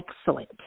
excellent